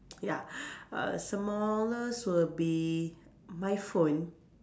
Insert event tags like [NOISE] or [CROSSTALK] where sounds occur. [NOISE] ya [BREATH] uh smallest will be my phone